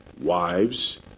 Wives